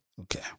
Okay